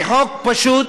מחוק פשוט